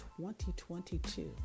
2022